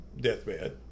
deathbed